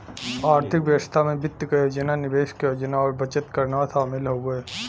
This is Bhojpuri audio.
आर्थिक व्यवस्था में वित्त क योजना निवेश क योजना और बचत करना शामिल हउवे